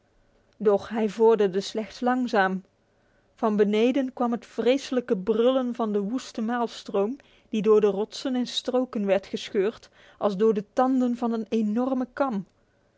doch hij vorderde slechts langzaam van beneden kwam het vreselijke brullen van de woeste maalstroom die door de rotsen in stroken werd gescheurd als door de tanden van een enorme kam